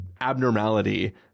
abnormality